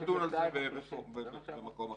נדון על זה במקום אחר.